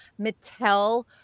Mattel